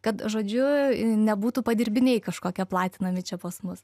kad žodžiu nebūtų padirbiniai kažkokie platinami čia pas mus